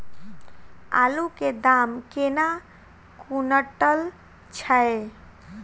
आलु केँ दाम केना कुनटल छैय?